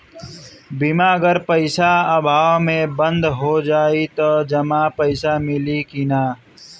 बीमा अगर पइसा अभाव में बंद हो जाई त जमा पइसा मिली कि न?